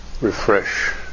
Refresh